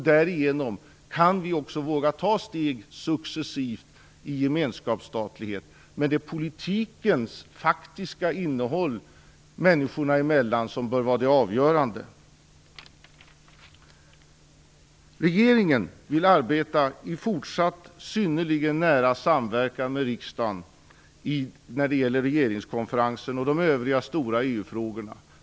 Därigenom kan vi också successivt våga ta steg när det gäller gemenskapsstatligheten. Det är dock politikens faktiska innehåll människorna emellan som bör vara avgörande. Regeringen vill fortsatt arbeta i synnerligen nära samverkan med riksdagen när det gäller regeringskonferensen och de övriga stora EU-frågorna.